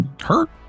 hurt